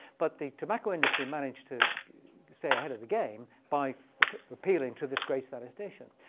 but the tobacco industry managed to stay ahead of the game by appealing to this great statistician.